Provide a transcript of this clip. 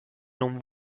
non